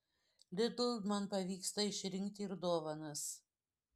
lidl man pavyksta išrinkti ir dovanas